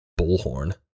bullhorn